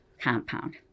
compound